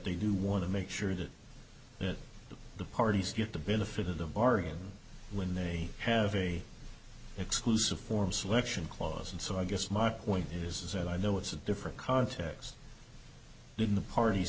they do want to make sure that the parties get the benefit of the bargain when they have a exclusive form selection clause and so i guess my point is is that i know it's a different context didn't the parties